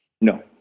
No